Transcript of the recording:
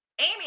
Amy